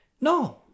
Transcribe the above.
No